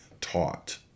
taught